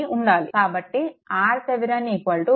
కాబట్టి RThevenin V0 i0తో కనుక్కోవచ్చు